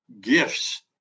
gifts